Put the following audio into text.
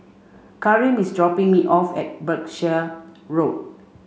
Kareem is dropping me off at Berkshire Road